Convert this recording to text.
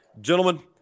gentlemen